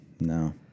no